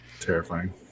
terrifying